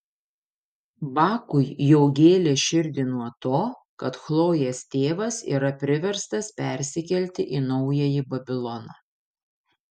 bakui jau gėlė širdį nuo to kad chlojės tėvas yra priverstas persikelti į naująjį babiloną